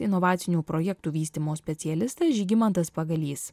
inovacinių projektų vystymo specialistas žygimantas pagalys